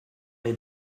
les